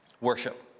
worship